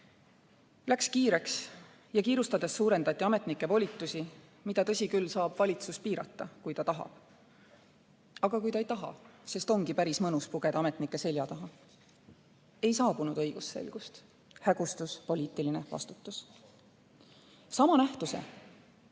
Läks kiireks ja kiirustades suurendati ametnike volitusi, mida, tõsi küll, saab valitsus piirata, kui tahab. Aga kui ei taha, sest on päris mõnus pugeda ametnike seljataha? Ei saabunud õigusselgust, hägustus poliitiline vastutus. Sama nähtuse